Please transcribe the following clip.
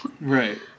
Right